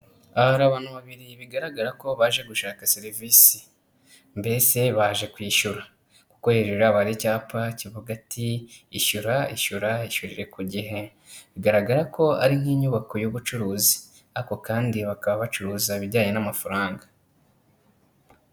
Aha hari abantu babiri bigaragara ko baje gushaka serivisi. Mbese baje kwishyura, kuko hejuru yabo hari icyapa kivuga ati "ishyura, ishyura, ishyurire ku gihe." Bigaragara ko ari nk'inyubako y'ubucuruzi, ariko kandi bakaba bacuruza ibijyanye n'amafaranga.